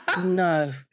no